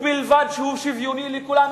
ובלבד שהוא שוויוני לכולם,